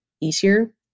easier